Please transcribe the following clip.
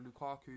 Lukaku